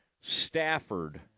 Stafford